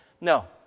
No